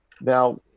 Now